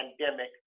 pandemic